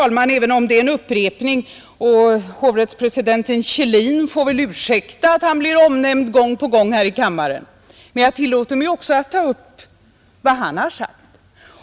Även om det är en upprepning tillåter jag mig — hovrättspresidenten Kjellin får väl ursäkta att han gång på gång blir omnämnd här i kammaren — att också jag ta upp vad han har sagt.